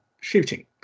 shooting